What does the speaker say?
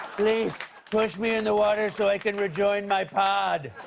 please push me in the water so i can rejoin my pod.